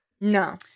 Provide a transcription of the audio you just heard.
No